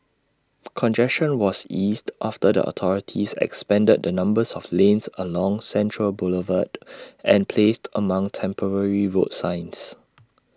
congestion was eased after the authorities expanded the number of lanes along central Boulevard and placed among temporary road signs